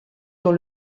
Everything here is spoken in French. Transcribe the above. dans